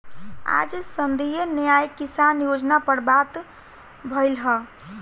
आज संघीय न्याय किसान योजना पर बात भईल ह